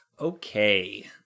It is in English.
Okay